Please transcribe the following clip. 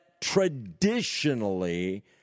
traditionally